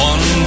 One